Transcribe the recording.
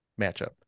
matchup